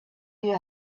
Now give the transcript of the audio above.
you